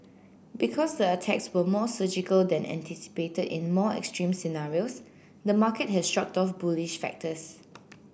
because the attacks were more surgical than anticipated in more extreme scenarios the market has shrugged off bullish factors